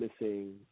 missing